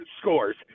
scores